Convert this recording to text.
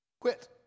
quit